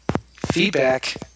Feedback